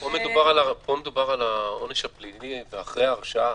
פה מדובר על העונש הפלילי אחרי הרשעה.